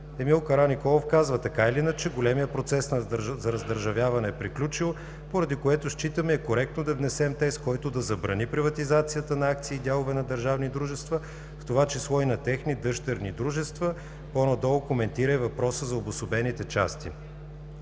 Емил Караниколов казва: „Така или иначе, големият процес за раздържавяване е приключил, поради което считаме, и е коректно, да внесем текст, който да забрани приватизацията на акции и дялове на държавни дружества, в това число и на техни дъщерни дружества.“ По-надолу коментира и въпроса за обособените части.